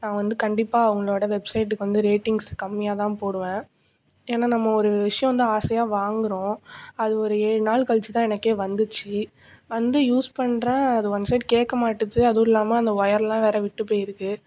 நான் வந்து கண்டிப்பாக அவங்களோடய வெப்சைட்டுக்கு வந்து ரேட்டிங்ஸ் கம்மியாக தான் போடுவேன் ஏனால் நம்ம ஒரு விஷயோம் வந்து ஆசையாக வாங்குறோம் அது ஒரு ஏழு நாள் கழிச்சு தான் எனக்கே வந்துச்சு வந்து யூஸ் பண்ணுறேன் அது ஒன் சைட் கேட்க மாட்டுது அதுவும் இல்லாமல் அந்த ஒயர்லாம் வேறு விட்டு போயிருக்குது